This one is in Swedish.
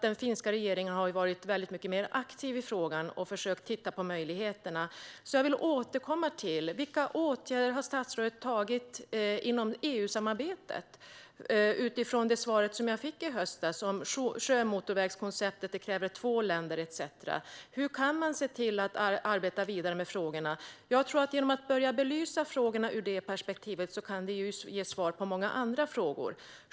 Den finska regeringen har varit mycket mer aktiv i frågan och försökt titta på möjligheterna. Jag vill återkomma till vilka åtgärder som statsrådet har vidtagit inom EU-samarbetet, utifrån det svar jag fick i höstas, att sjömotorvägskonceptet kräver två länder etcetera. Hur kan man arbeta vidare med dessa frågor? Genom att börja belysa frågorna ur detta perspektiv kan svar ges på många andra frågor.